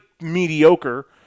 mediocre